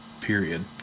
period